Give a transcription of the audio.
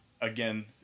Again